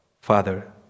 Father